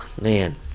man